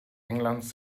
englands